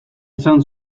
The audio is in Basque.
esan